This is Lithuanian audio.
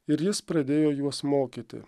ir jis pradėjo juos mokyti